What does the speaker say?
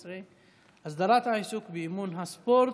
16) (הסדרת העיסוק באימון ספורט),